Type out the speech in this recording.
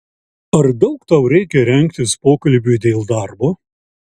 ar daug tau reikia rengtis pokalbiui dėl darbo